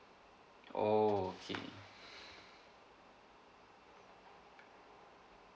orh okay